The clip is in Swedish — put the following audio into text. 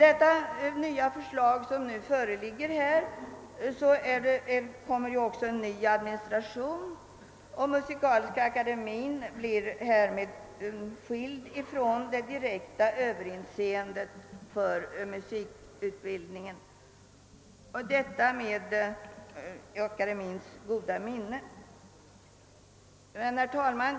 I det förslag som nu föreligger förutsättes ju också en ny administration. Musikaliska akademien blir härmed skild från det direkta överinseendet av musikutbildningen, detta med akademiens goda minne. Herr talman!